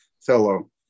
fellow